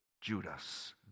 Judas